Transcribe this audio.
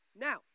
Now